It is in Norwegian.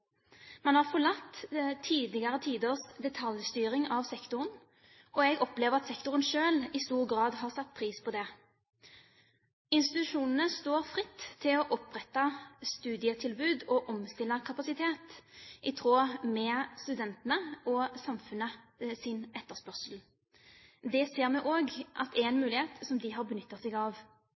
Man har forlatt tidligere tiders detaljstyring av sektoren, og jeg opplever at sektoren selv i stor grad har satt pris på det. Institusjonene står fritt til å opprette studietilbud og omstille kapasitet i tråd med studentenes og samfunnets etterspørsel. Det ser vi også er en mulighet som de har benyttet seg av.